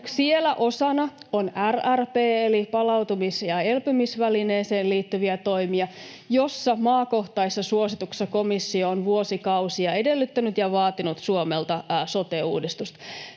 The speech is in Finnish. Siellä osana on RRP:hen, eli palautumis- ja elpymisvälineeseen, liittyviä toimia, joiden maakohtaisissa suosituksissa komissio on vuosikausia edellyttänyt ja vaatinut Suomelta sote-uudistusta.